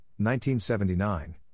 1979